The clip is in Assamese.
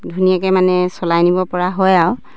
ধুনীয়াকে মানে চলাই নিব পৰা হয় আৰু